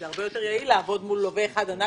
זה הרבה יותר יעיל לעבוד מול לווה אחד ענק.